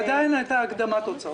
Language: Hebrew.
ועדיין הייתה הקדמת הוצאות.